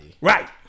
Right